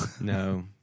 no